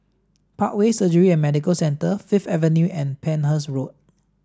Parkway Surgery and Medical Centre Fifth Avenue and Penhas Road